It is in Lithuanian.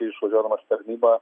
išvažiuodamas į tarnybą